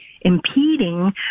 impeding